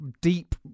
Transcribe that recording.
deep